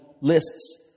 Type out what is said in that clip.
lists